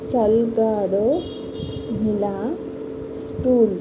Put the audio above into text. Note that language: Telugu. సల్గాడో మిలా స్టూల్